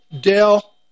Dale